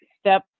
step